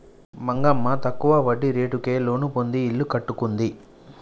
మంగమ్మ తక్కువ వడ్డీ రేటుకే లోను పొంది ఇల్లు కట్టుకుంది